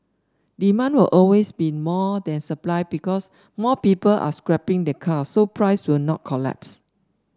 demand will always be more than supply because more people are scrapping their cars so price will not collapse